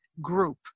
group